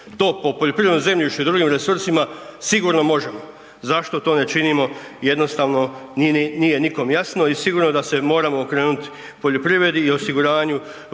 To po poljoprivredno zemljište i drugim resursima sigurno možemo. Zašto to ne činimo jednostavno nije nikom jasno i sigurno da se moramo okrenuti poljoprivredi i osiguravanju